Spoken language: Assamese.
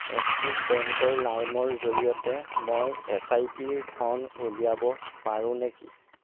এক্সিছ বেংকৰ লাইমৰ জৰিয়তে মই এছ আই পি ৰ পৰা ধন উলিয়াব পাৰোঁ নেকি